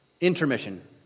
intermission